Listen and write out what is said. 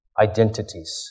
identities